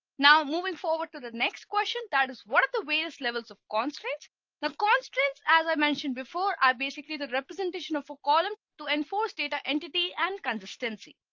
now moving forward to the next question that is what are the various levels of constraints the constraints as i mentioned before i basically the representation of a column to enforce data entity and consistency.